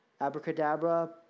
abracadabra